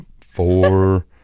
four